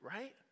right